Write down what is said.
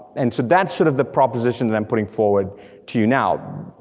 and so that's sort of the proposition that i'm putting forward to you now,